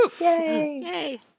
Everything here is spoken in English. Yay